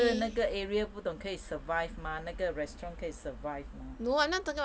then 那个那个 area 不懂可以 survive mah 那个 restaurant 可以 survive mah